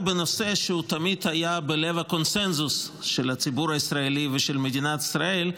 בנושא שהוא תמיד היה בלב הקונצנזוס של הציבור הישראלי ושל מדינת ישראל,